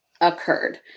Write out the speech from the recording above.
occurred